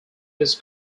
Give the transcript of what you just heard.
his